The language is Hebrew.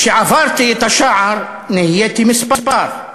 משעברתי את השער נהייתי מספר: